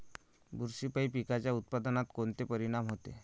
बुरशीपायी पिकाच्या उत्पादनात कोनचे परीनाम होते?